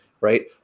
right